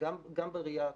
גם בראייה הכללית.